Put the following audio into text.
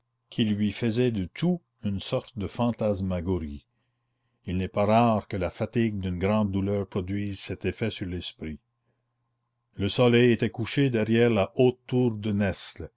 qui lui faisaient de tout une sorte de fantasmagorie il n'est pas rare que la fatigue d'une grande douleur produise cet effet sur l'esprit le soleil était couché derrière la haute tour de nesle